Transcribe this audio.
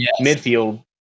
midfield